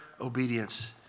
obedience